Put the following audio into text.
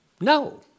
No